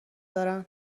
دارن